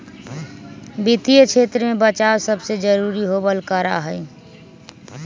वित्तीय क्षेत्र में बचाव सबसे जरूरी होबल करा हई